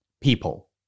People